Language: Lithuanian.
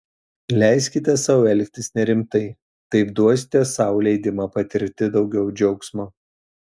leiskite sau elgtis nerimtai taip duosite sau leidimą patirti daugiau džiaugsmo